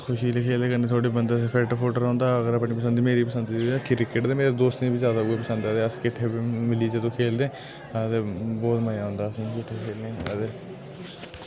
खुशी लेई खेलदे कन्नै थोह्ड़ा बंदा फिट फुट रौह्ंदा अगर अपनी पसंद मेरी पसंद दी ऐ क्रिकेट ते मेरे दोस्ती बी जैदा उ'ऐ पसंद ऐ ते अस किट्ठे मिली जुली खेलदे ते बोह्त मजा आंदा असें किट्ठे खेलने दा ते